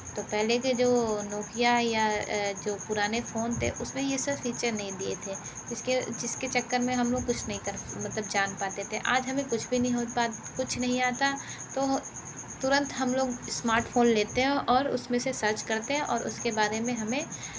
तो पहले के जो नोकिया या जो पुराने फोन थे उस में यह सब फीचर नहीं दिए थे इस के जिस के चक्कर में हम लोग कुछ नहीं कर मतलब जान पाते थे आज हमें कुछ भी नहीं हो पा कुछ नहीं आता तो तुरंत हम लोग स्मार्टफोन लेते हैं और उस में से सर्च करते हैं और उस के बारे में हमें